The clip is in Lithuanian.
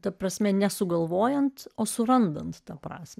ta prasme nesugalvojant o surandant tą prasmę